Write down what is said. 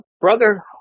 brother